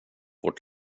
vårt